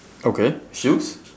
okay shoes